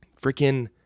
Freaking